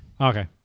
Okay